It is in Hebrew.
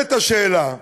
נשאלת השאלה: